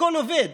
הכול עובד,